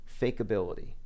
fakeability